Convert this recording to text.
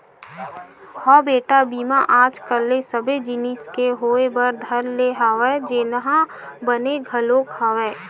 हव बेटा बीमा आज कल सबे जिनिस के होय बर धर ले हवय जेनहा बने घलोक हवय